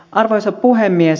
arvoisa puhemies